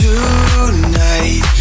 Tonight